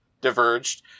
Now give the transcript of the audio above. diverged